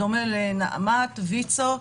בדומה לנעמ"ת, ויצ"ו,